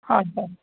হয় হয়